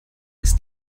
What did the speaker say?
ist